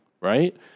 right